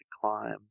climb